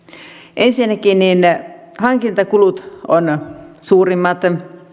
ensinnäkin hankintakulut ovat suurimmat